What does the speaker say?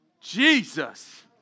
Jesus